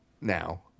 Now